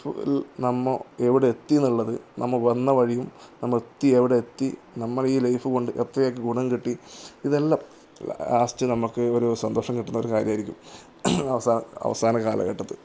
life നമ്മൾ എവിടെ എത്തി എന്നുള്ളത് നമ്മൾ വന്ന വഴിയും നമ്മളെ എത്തി എവിടെ എത്തി നമ്മളുടെ ഈ ലൈഫ് കൊണ്ട് എത്രയൊക്കെ ഗുണം കിട്ടി ഇതെല്ലം ലാസ്റ്റ് നമുക്ക് ഒരു സന്തോഷം കിട്ടുന്നൊരു കാര്യമായിരിക്കും അവസാന അവസാന കാലഘട്ടത്തിൽ